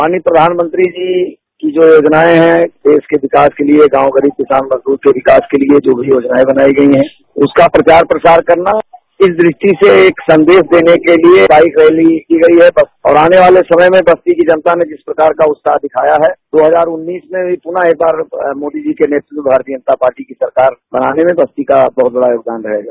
माननीय प्रधानमंत्री जी की जो योजनाएं हैं देश के विकास के लिए गांव गरीब मजदूर किसान के विकास के लिए जो भी योजनाएं बनाई गयी हैं उसका प्रचार प्रसार करना और इस दृष्टि से एक संदेश देने के लिए एक बाइक रैली की गयी और आने वाले समय में बस्ती की जनता ने जिस प्रकार का उत्साह दिखाया है दो हजार उन्नीस में पुनः एक बार मोदी के नेतृत्व में भास्तीय जनता पार्टी की सरकार बनाने में बस्ती का बहत बढ़ा योगदान रहेगा